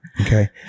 Okay